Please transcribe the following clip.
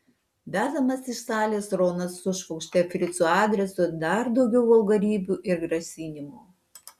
vedamas iš salės ronas sušvokštė frico adresu dar daugiau vulgarybių ir grasinimų